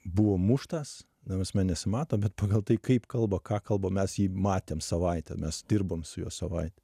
buvo muštas ta prasme nesimato bet pagal tai kaip kalba ką kalba mes jį matėm savaitę mes dirbom su juo savaitę